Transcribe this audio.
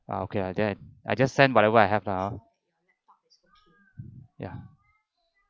okay ah then I just send whatever I have now oh ya